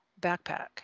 backpack